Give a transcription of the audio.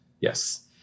Yes